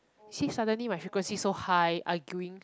see suddenly my frequency so high arguing